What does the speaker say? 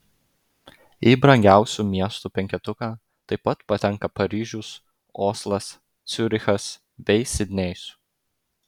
į brangiausių miestų penketuką taip pat patenka paryžius oslas ciurichas bei sidnėjus